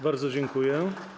Bardzo dziękuję.